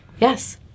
yes